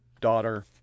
daughter